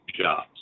jobs